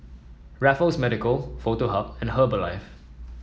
Raffles Medical Foto Hub and Herbalife